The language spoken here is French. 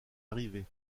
arrivée